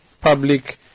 public